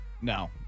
No